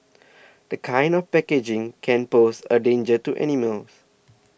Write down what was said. this kind of packaging can pose a danger to animals